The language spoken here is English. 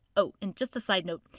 oh just a side note,